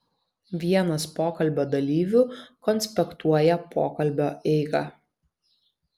vienas pokalbio dalyvių konspektuoja pokalbio eigą